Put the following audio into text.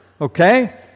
Okay